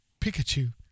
Pikachu